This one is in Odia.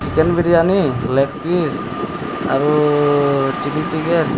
ଚିକେନ୍ ବିରିଆନି ଲେଗ୍ ପିସ୍ ଆରୁ ଚିଲ୍ଲି ଚିକେନ୍